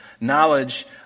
Knowledge